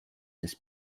this